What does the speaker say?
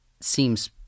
seems